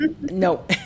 no